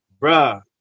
bruh